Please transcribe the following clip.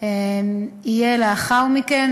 יהיה לאחר מכן,